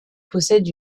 possède